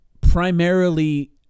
primarily